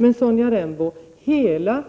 Men, Sonja Rembo, hela